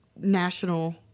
national